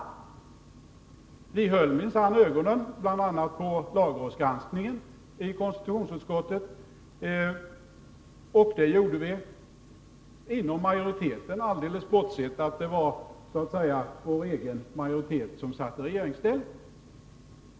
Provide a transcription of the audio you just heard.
Vi i konstitutionsutskottet höll minsann ögonen på bl.a. lagrådsgranskningen, och det gjorde vi alldeles bortsett från att det var så att säga vår egen majoritet som satt i regeringsställning.